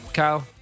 Kyle